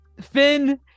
Finn